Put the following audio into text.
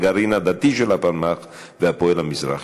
הגרעין הדתי של הפלמ"ח ו"הפועל המזרחי".